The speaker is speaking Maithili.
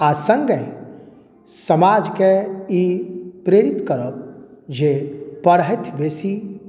आ सङ्गहि समाजकेँ ई प्रेरित करब जे पढ़थि बेसी